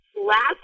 Last